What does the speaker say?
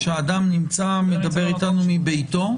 שאדם נמצא, מדבר אתנו מביתו.